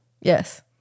yes